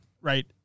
right